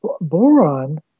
boron